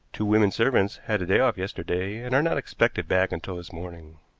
two women-servants had a day off yesterday, and are not expected back until this morning.